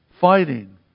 fighting